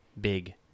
big